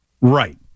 Right